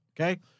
Okay